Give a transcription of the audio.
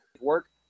work